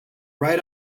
right